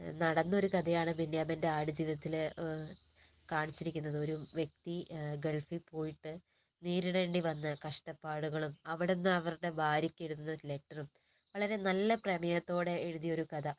നടന്നൊരു കഥയാണ് ബെന്യാമിൻ്റെ ആടു ജീവിതത്തിൽ കാണിച്ചിരിക്കുന്നത് ഒരു വ്യക്തി ഗൾഫിൽ പോയിട്ട് നേരിടേണ്ടി വന്ന കഷ്ടപ്പാടുകളും അവിടെ നിന്ന് അവരുടെ ഭാര്യയ്ക്ക് എഴുതുന്ന ലെറ്ററും വളരെ നല്ല പ്രമേയത്തോടെ എഴുതിയ ഒരു കഥ